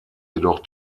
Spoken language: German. jedoch